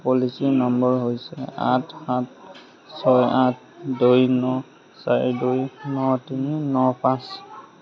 policy number হৈছে আঠ সাত ছয় আঠ দুই ন চাৰি দুই ন তিনি ন পাঁচ